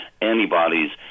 antibodies